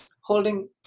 holding